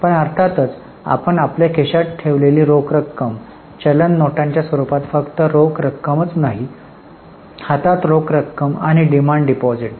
पण अर्थातच आपण आपल्या खिशात ठेवलेली रोख रक्कम चलन नोटांच्या स्वरूपात फक्त रोख रक्कमच नाही हातात रोख रक्कम आणि डिमांड डिपॉझिट